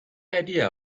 idea